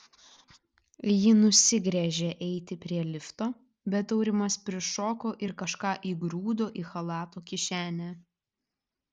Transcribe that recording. ji nusigręžė eiti prie lifto bet aurimas prišoko ir kažką įgrūdo į chalato kišenę